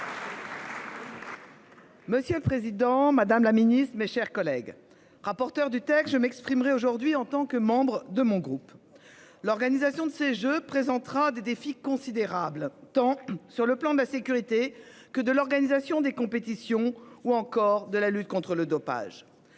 Monsieur le Président Madame la Ministre, mes chers collègues, rapporteur du texte. Je m'exprimerai aujourd'hui en tant que membre de mon groupe. L'organisation de ces Jeux présentera des défis considérables, tant sur le plan de la sécurité que de l'organisation des compétitions ou encore de la lutte contre le dopage.